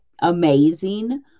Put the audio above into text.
amazing